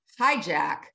hijack